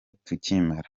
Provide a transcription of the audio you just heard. tukimara